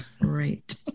Right